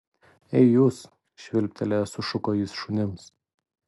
ei jūs švilptelėjęs sušuko jis šunims